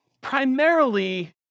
primarily